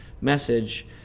message